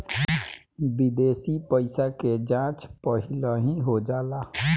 विदेशी पइसा के जाँच पहिलही हो जाला